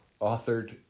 authored